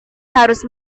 harus